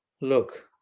look